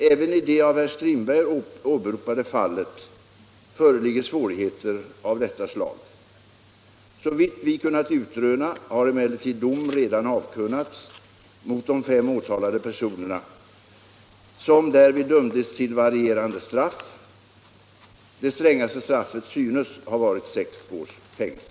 Även i det av herr Strindberg åberopade fallet föreligger svårigheter av detta slag. Såvitt vi kunnat utröna har emellertid dom redan avkunnats mot de fem åtalade personerna, som därvid dömdes till varierande straff. Det strängaste straffet synes ha varit sex års fängelse.